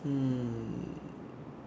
hmm